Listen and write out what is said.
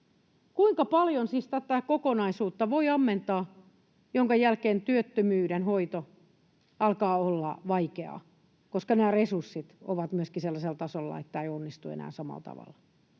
Kuinka paljon siis tätä kokonaisuutta voi ammentaa, jonka jälkeen työttömyyden hoito alkaa olla vaikeaa, koska nämä resurssit ovat myöskin sellaisella tasolla, että tämä ei onnistu enää samalla tavalla?